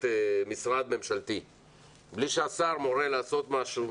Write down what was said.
משרד ממשלתי - בלי שהשר מורה לעשות משהו,